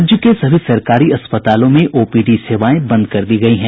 राज्य के सभी सरकारी अस्पतालों में ओपीडी सेवाएं बंद कर दी गयी हैं